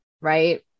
Right